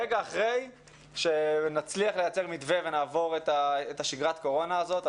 רגע אחרי שנצליח לייצר מתווה ונעבור את שגרת הקורונה הזאת.